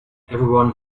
everyone